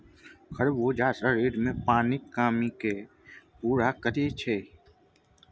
खरबूजा शरीरमे पानिक कमीकेँ पूरा करैत छै